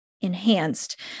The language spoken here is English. enhanced